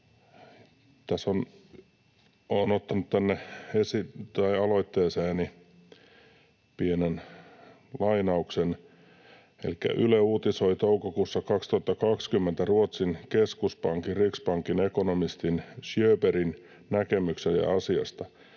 Olen ottanut aloitteeseeni pienen lainauksen. Elikkä Yle uutisoi toukokuussa 2020 Ruotsin keskuspankin Riksbankin ekonomistin Söderbergin näkemyksistä asiasta.